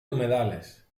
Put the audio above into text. humedales